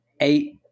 eight